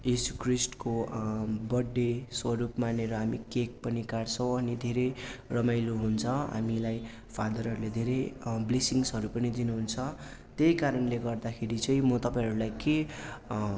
यिशु ख्रिष्टको बर्थडे स्वरूप मानेर हामी केक पनि काट्छौँ अनि धेरै रमाइलो हुन्छ हामीलाई फादरहरूले धेरै ब्लेसिङ्सहरू पनि दिनुहुन्छ त्यही कारणले गर्दाखेरि चाहिँ म तपाईँहरूलाई के